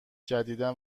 جدیدا